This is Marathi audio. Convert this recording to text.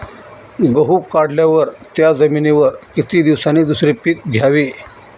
गहू काढल्यावर त्या जमिनीवर किती दिवसांनी दुसरे पीक घ्यावे?